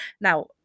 now